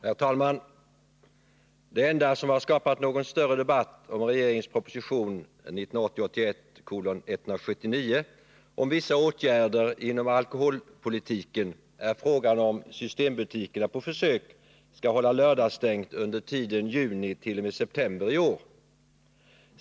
Herr talman! Det enda som har skapat någon större debatt om regeringens proposition 1980/81:179 om vissa åtgärder inom alkoholpolitiken är frågan om systembutikerna på försök skall hålla lördagsstängt under tiden juni t.o.m. september i år.